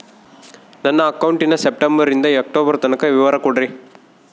ನನ್ನ ಅಕೌಂಟಿನ ಸೆಪ್ಟೆಂಬರನಿಂದ ಅಕ್ಟೋಬರ್ ತನಕ ವಿವರ ಕೊಡ್ರಿ?